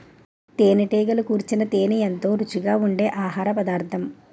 తేనెటీగలు కూర్చిన తేనే ఎంతో రుచిగా ఉండె ఆహారపదార్థం